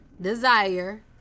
desire